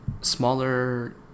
smaller